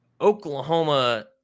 Oklahoma